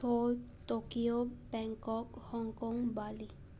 Seoul Tokyo Bangkok Hong Kong Bali